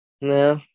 No